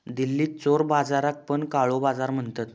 दिल्लीत चोर बाजाराक पण काळो बाजार म्हणतत